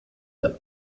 them